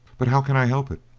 but how can i help it?